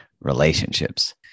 Relationships